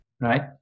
right